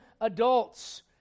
adults